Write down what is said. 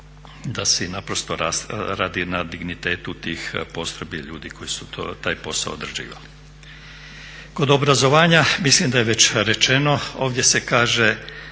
da se naprosto radi i na dignitetu tih postrojbi i ljudi koji su taj posao odrađivali. Kod obrazovanja mislim da je već rečeno, ovdje se kaže